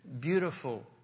beautiful